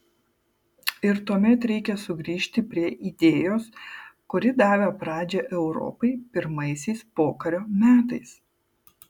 ir tuomet reikia sugrįžti prie idėjos kuri davė pradžią europai pirmaisiais pokario metais